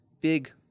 big